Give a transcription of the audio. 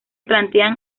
plantean